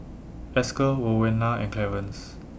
Esker Rowena and Clearence